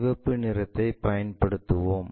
சிவப்பு நிறத்தைப் பயன்படுத்துவோம்